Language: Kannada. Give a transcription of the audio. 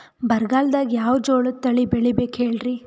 ಬರಗಾಲದಾಗ್ ಯಾವ ಜೋಳ ತಳಿ ಬೆಳಿಬೇಕ ಹೇಳ್ರಿ?